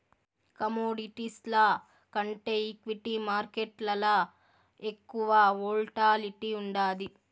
కమోడిటీస్ల కంటే ఈక్విటీ మార్కేట్లల ఎక్కువ వోల్టాలిటీ ఉండాది